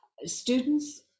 Students